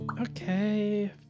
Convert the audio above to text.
Okay